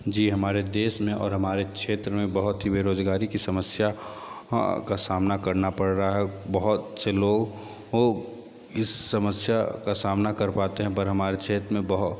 जी हमारे देश में और हमारे क्षेत्र में बहुत ही बेरोजगारी की समस्या का सामना करना पड़ रहा है बहुत से लोग को इस समस्या का सामना कर पाते हैं पर हमारे क्षेत्र में